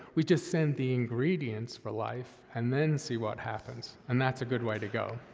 we just send the ingredients for life and then see what happens, and that's a good way to go.